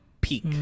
peak